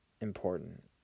important